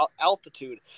altitude